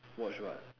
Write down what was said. watch what